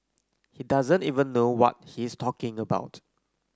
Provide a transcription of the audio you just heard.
he doesn't even know what he's talking about